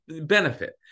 benefit